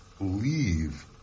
leave